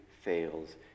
fails